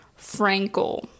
Frankel